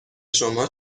شما